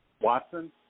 Watson